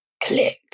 clicked